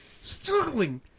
Struggling